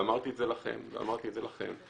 ואמרתי את זה לכם ואמרתי את זה לכן,